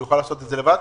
שיוכל לעשות את זה לבד.